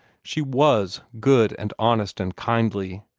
she was good and honest and kindly,